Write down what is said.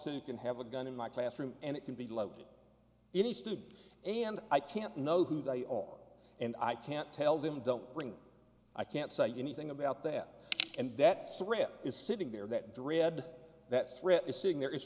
you can have a gun in my classroom and it can be loaded any student and i can't know who they are and i can't tell them don't bring i can't say anything about that and that threat is sitting there that dread that threat is sitting there i